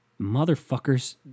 motherfuckers